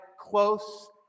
close